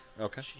Okay